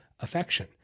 affection